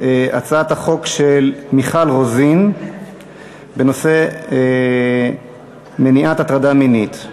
הצעת החוק של חברת הכנסת מיכל רוזין בנושא מניעת הטרדה מינית.